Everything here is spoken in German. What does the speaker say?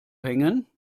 hängen